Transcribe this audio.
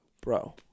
Bro